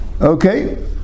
Okay